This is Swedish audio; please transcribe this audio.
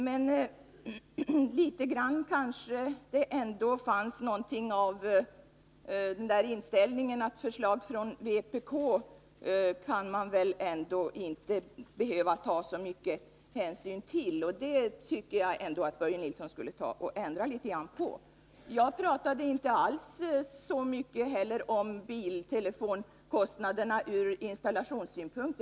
Men det kanske ändå fanns litet grand av den där inställningen att förslag från vpk skall man väl inte behöva ta så mycket hänsyn till. Den inställningen tycker jag att Börje Nilsson skulle ta och ändra. Jag pratade inte alls så mycket om biltelefonkostnaderna ur installationssynpunkt.